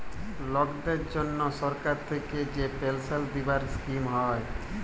লকদের জনহ সরকার থাক্যে যে পেলসাল দিবার স্কিম হ্যয়